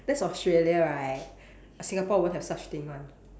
that's Australia right Singapore won't have such thing [one]